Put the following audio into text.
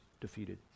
defeated